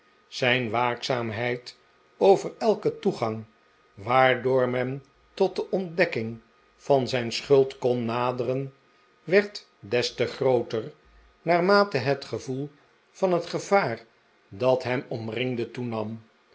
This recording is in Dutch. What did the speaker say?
zijn waakzaamheid over elken toegang waardoor men tot de ontdekking van zijn schuld kon naderen werd des te grooter naarmate het gevoel van het gevaar dat hem omringde toenam